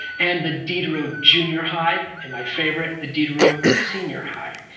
and the diderot junior high. and my favorite, the diderot senior high.